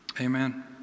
Amen